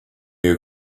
you